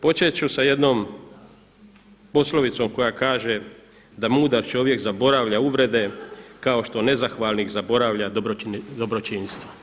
Početi ću sa jednom poslovicom koja kaže da mudar čovjek zaboravlja uvrede kao što nezahvalnih zaboravlja dobročinstvo.